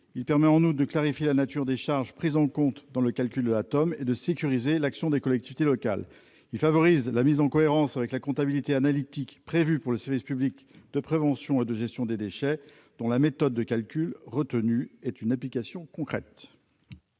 permettrait de clarifier la nature des charges prises en compte dans le calcul de la TEOM et de sécuriser l'action des collectivités locales. Il tend en outre à favoriser la mise en cohérence avec la comptabilité analytique prévue pour le service public de prévention et de gestion des déchets, dont la méthode de calcul retenue est une application concrète.